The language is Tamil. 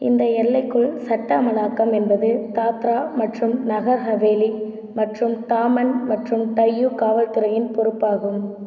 இந்த எல்லைக்குள் சட்ட அமலாக்கம் என்பது தாத்ரா மற்றும் நகர் ஹவேலி மற்றும் டாமன் மற்றும் டையூ காவல்துறையின் பொறுப்பாகும்